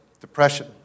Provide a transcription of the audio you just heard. depression